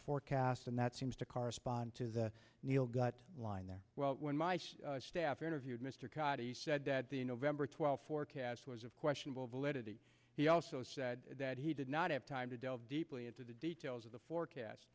forecast and that seems to correspond to the neil gut line well when my staff interviewed mr tata he said that the november twelfth forecast was of questionable validity he also said that he did not have time to delve deeply into the details of the forecast